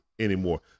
Anymore